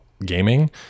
gaming